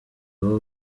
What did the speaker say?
abo